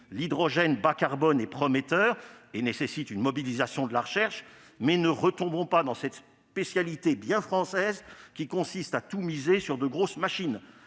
l'hydrogène bas-carbone est prometteur et nécessite une mobilisation de la recherche ! Mais ne retombons pas dans cette spécialité bien française qui consiste à tout miser sur de grosses machines.